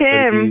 Tim